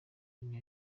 indi